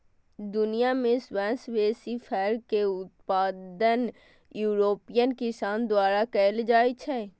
दुनिया मे सबसं बेसी फर के उत्पादन यूरोपीय किसान द्वारा कैल जाइ छै